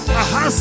aha